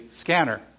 scanner